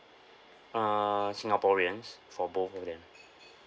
uh singaporeans for both of them